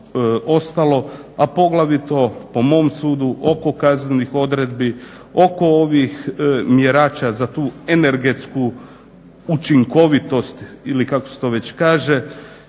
a poglavito po mom sudu oko kaznenih odredbi, oko ovih mjerača za tu energetsku učinkovitost ili kako se to već kaže.